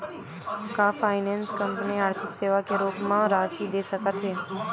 का finance company आर्थिक सेवा के रूप म राशि दे सकत हे?